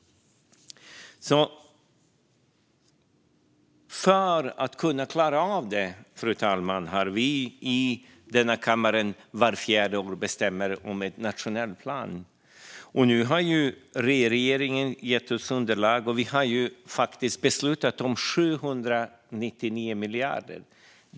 För att kunna klara av detta, fru talman, har vi i denna kammare vart fjärde år beslutat om en nationell plan. Nu har regeringen gett oss underlag, och vi har faktiskt beslutat om 799 miljarder.